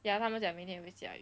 ya 他们讲明天会下雨